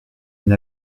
une